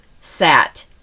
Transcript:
sat